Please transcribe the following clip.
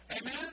Amen